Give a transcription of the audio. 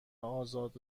آزاد